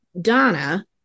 Donna